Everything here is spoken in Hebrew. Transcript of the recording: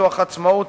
פיתוח עצמאות,